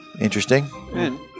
Interesting